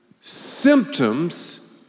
symptoms